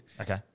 Okay